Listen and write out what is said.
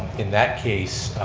in that case,